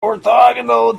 orthogonal